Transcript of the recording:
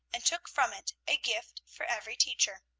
and took from it a gift for every teacher.